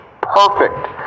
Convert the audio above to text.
perfect